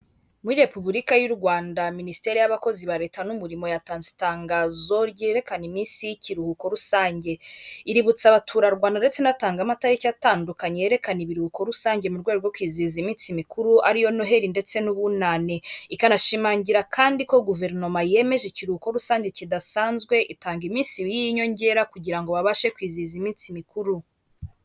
Muri repubulika y'u Rwanda minisiteri y'abakozi ba leta n'umurimo yatanze itangazo ryerekana iminsi y'ikiruhuko rusange, iributsa abaturarwanda ndetse inatanga amataliki atandukanye yerekana ibiruhuko rusange mu rwego rwo kwizihiza iminsi mikuru ariyo noheli ndetse n'ubunane, ikanashimangira kandi ko guverinoma yemeje ikiruhuko rusange kidasanzwe itanga iminsi ibiri y'inyongera kugira ngo babashe kwizihiza iminsi mikuru.